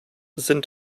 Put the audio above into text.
sind